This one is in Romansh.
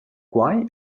quai